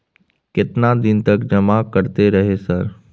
केतना दिन तक जमा करते रहे सर?